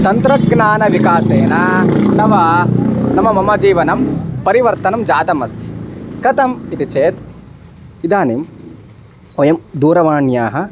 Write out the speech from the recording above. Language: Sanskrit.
तन्त्रज्ञानविकासेन तव नाम मम जीवनं परिवर्तनं जातम् अस्ति कथम् इति चेत् इदानीं वयं दूरवाण्याः